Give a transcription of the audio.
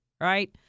right